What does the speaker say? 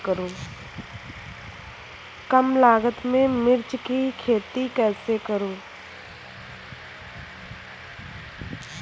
कम लागत में मिर्च की खेती कैसे करूँ?